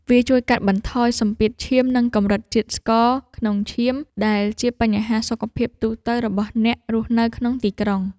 វាជួយកាត់បន្ថយសម្ពាធឈាម និងកម្រិតជាតិស្ករក្នុងឈាម ដែលជាបញ្ហាសុខភាពទូទៅរបស់អ្នករស់នៅក្នុងទីក្រុង។